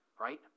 Right